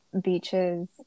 beaches